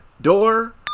door